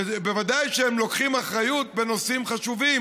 וודאי שכשהם לוקחים אחריות בנושאים חשובים